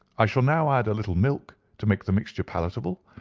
i shall now add a little milk to make the mixture palatable,